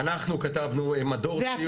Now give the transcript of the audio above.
אנחנו כתבנו, מדור סיור.